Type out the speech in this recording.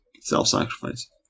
self-sacrifice